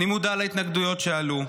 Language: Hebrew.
אני מודע להתנגדויות שעלו,